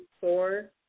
four